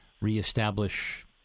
reestablish